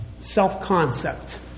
self-concept